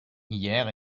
hier